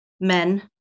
men